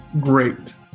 great